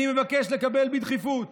אני מבקש לקבל בדחיפות